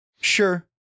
sure